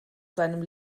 seinem